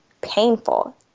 painful